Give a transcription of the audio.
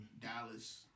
Dallas